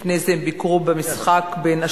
לפני זה הם ביקרו במשחק בין "מ.ס.